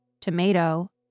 tomato